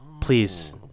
Please